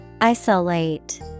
Isolate